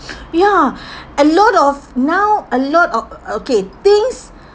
ya a lot of now a lot o~ okay things